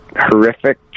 horrific